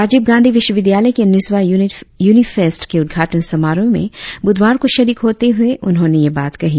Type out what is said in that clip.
राजीव गांधी विश्वविद्यालय के उन्नीसवां यूनि फेस्ट के उद्घाटन समारोह में बुधवार को शरीक होते हुए उन्होंने यह बात कही